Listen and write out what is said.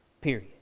period